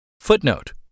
Footnote